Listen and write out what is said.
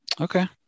okay